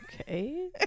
Okay